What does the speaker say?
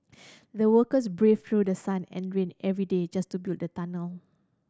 the workers braved through the sun and rain every day just to build the tunnel